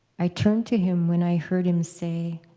i turned to him when i heard him say,